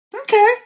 Okay